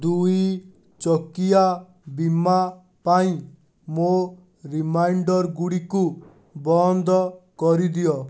ଦୁଇ ଚକିଆ ବୀମା ପାଇଁ ମୋ ରିମାଇଣ୍ଡର୍ ଗୁଡ଼ିକୁ ବନ୍ଦ କରିଦିଅ